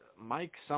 Mike